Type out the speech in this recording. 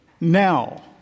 now